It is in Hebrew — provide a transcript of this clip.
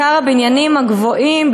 בעיקר הבניינים הגבוהים,